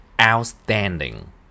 Outstanding